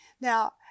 Now